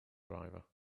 driver